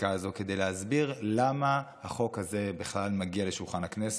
לחקיקה הזו כדי להסביר למה החוק הזה בכלל מגיע לשולחן הכנסת,